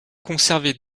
conservées